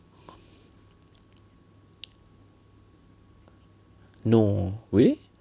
no eh